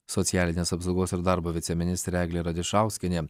socialinės apsaugos ir darbo viceministrė eglė radišauskienė